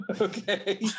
okay